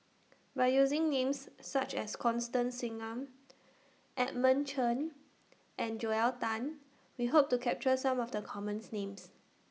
By using Names such as Constance Singam Edmund Chen and Joel Tan We Hope to capture Some of The commons Names